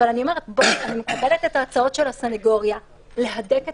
אבל אני מקבלת את ההצעות של הסנגוריה להדק את